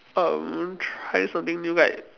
um try something new like